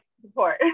support